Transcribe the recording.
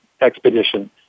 expedition